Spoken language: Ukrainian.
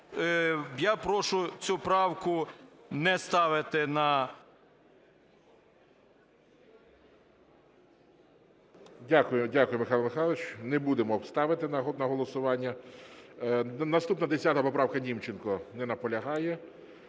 я прошу цю правку не ставити на… ГОЛОВУЮЧИЙ. Дякую. Дякую, Михайло Михайлович. Не будемо ставити на голосування. Наступна, 10 поправка, Німченко. Не наполягає.